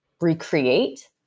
recreate